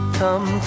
come